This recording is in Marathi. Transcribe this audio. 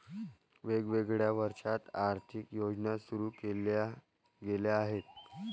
वेगवेगळ्या वर्षांत आर्थिक योजना सुरू केल्या गेल्या आहेत